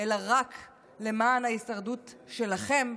אלא רק למען ההישרדות שלכם,